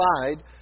side